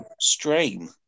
stream